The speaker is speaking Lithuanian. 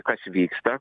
kas vyksta